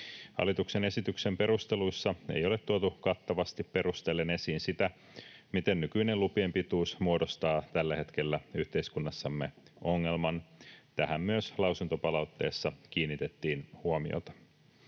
Hallituksen esityksen perusteluissa ei ole tuotu kattavasti perustellen esiin sitä, miten nykyinen lupien pituus muodostaa tällä hetkellä yhteiskunnassamme ongelman. Tähän myös lausuntopalautteessa kiinnitettiin huomiota.